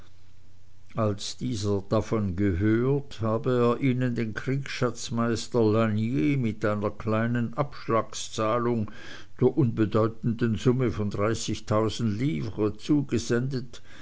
als dieser davon gehört habe er ihnen den kriegsschatzmeister lasnier mit einer kleinen abschlagszahlung der unbedeutenden summe von dreiunddreißigtausend livres zugesendet